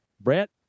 Brett